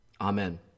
amen